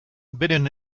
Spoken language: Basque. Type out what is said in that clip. beren